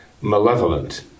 malevolent